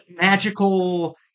magical